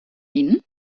ihnen